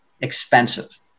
expensive